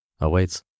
awaits